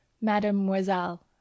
Mademoiselle